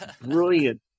Brilliant